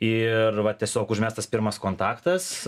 ir va tiesiog užmestas pirmas kontaktas